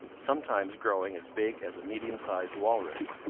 sometimes growing as big as a medium-sized walrus.